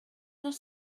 nos